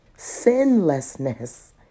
Sinlessness